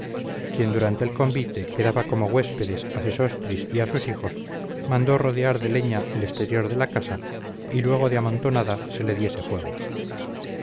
quien durante el convite que daba como huéspedes a sesostris y a sus hijos mandó rodear de leña el exterior de la casa y luego de amontonada se le diese fuego